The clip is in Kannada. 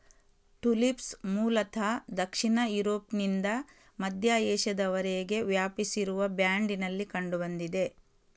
ಟುಲಿಪ್ಸ್ ಮೂಲತಃ ದಕ್ಷಿಣ ಯುರೋಪ್ನಿಂದ ಮಧ್ಯ ಏಷ್ಯಾದವರೆಗೆ ವ್ಯಾಪಿಸಿರುವ ಬ್ಯಾಂಡಿನಲ್ಲಿ ಕಂಡು ಬಂದಿದೆ